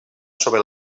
sobre